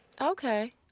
Okay